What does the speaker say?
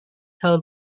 held